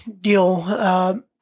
deal